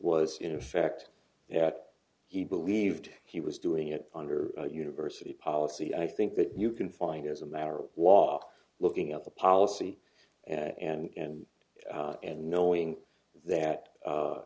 was in effect that he believed he was doing it under a university policy i think that you can find as a matter of law looking at the policy and and knowing that